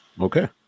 Okay